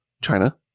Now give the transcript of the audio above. China